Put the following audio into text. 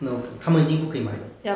no 他们已经不可以买了